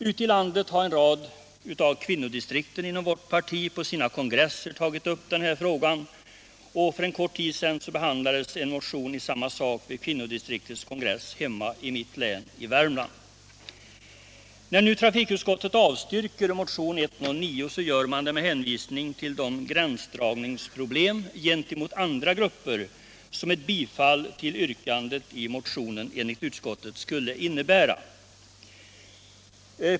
Ute i landet har en rad av vårt partis kvinnoförbunds distriktsorganisationer på sina kongresser tagit upp denna fråga, och för en kort tid sedan behandlades en motion om samma sak på distriktsorganisationens kongress i mitt hemlän i Värmland. När trafikutskottet nu avstyrker motionen 109 sker det med hänvisning till det problem beträffande gränsdragningen mot andra grupper som ett bifall till yrkandet i motionen enligt utskottet skulle innebära.